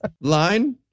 Line